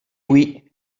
oui